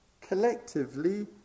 collectively